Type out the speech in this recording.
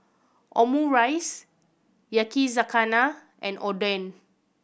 Omurice Yakizakana and Oden